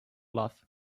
love